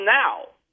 now